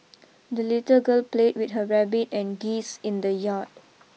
the little girl played with her rabbit and geese in the yard